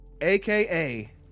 aka